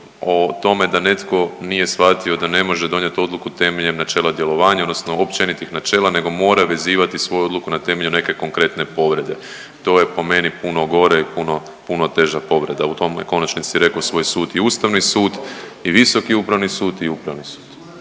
o tome da netko nije shvatio da ne može donijeti odluku temeljem načela djelovanja odnosno općenitih načela nego mora vezivati svoju odluku na temelju neke konkretne povrede. To je po meni puno gore i puno, puno teža povreda o tome je u konačnici rekao svoj sud i Ustavni sud i Visoki upravni sud i Upravni sud.